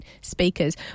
speakers